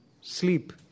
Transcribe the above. sleep